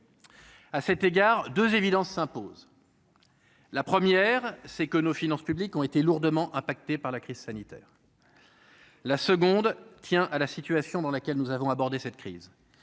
à cet égard, 2 évidence s'impose : la première c'est que nos finances publiques ont été lourdement impactée par la crise sanitaire, la seconde tient à la situation dans laquelle nous avons abordé cette crise